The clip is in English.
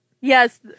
Yes